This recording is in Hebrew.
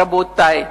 רבותי,